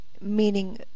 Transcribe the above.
meaning